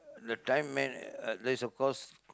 that time man uh there's a course